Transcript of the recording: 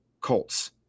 Colts